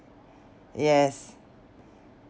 yes